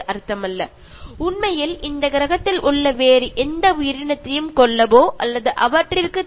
യഥാർത്ഥത്തിൽ നിങ്ങൾക്ക് ഈ ഭൂമിയിലുള്ള ഒരു ജീവനുള്ളവയെയും കൊല്ലാനുള്ള ഒരധികാരവും നിങ്ങൾക്കില്ല